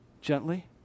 Gently